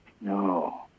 no